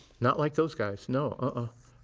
not like those guys. no ah